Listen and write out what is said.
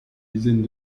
dizaines